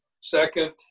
second